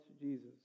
Jesus